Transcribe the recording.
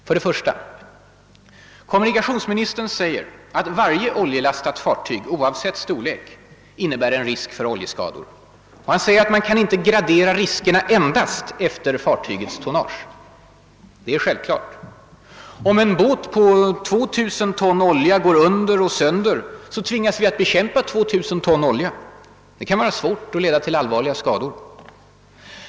För det första säger kommunikationsministern att »varje oljelastat fartyg» — oavsett storlek — innebär en risk för oljeskador. Han säger att man inte kan gradera riskerna »enbart» efter fartygets tonnage. Detta är självklart. Om en båt med 2000 ton olja går under och sönder tvingas vi att bekämpa 2 000 ton olja. Det kan vara svårt och leda till allvarliga skador.